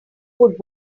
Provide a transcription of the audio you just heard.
would